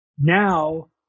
Now